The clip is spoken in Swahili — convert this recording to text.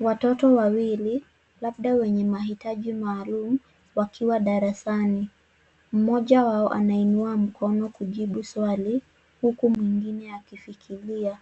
Watoto wawili, labda weney mahitaji maalum wakiwa darasani, mmoja wao anainua mkono kujibu swali, huku mwingine akifikiria.